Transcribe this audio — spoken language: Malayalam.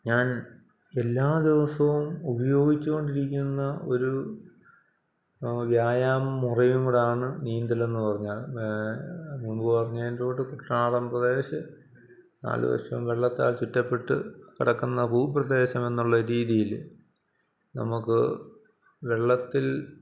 ഞാൻ എല്ലാ ദിവസവും ഉപയോഗിച്ചു കൊണ്ടിരിക്കുന്ന ഒരു വ്യായാമമുറയും കൂടാണ് നീന്തലെന്ന് പറഞ്ഞാല് മുന്പ് പറഞ്ഞതിന്റെകൂട്ട് കുട്ടനാടൻ പ്രദേശം നാല് വശവും വെള്ളത്താൽ ചുറ്റപ്പെട്ട് കിടക്കുന്ന ഭൂപ്രദേശമെന്നുള്ള രീതിയില് നമുക്ക് വെള്ളത്തിൽ